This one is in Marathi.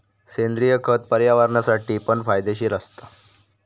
सेंद्रिय खत पर्यावरणासाठी पण फायदेशीर असता